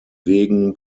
wegen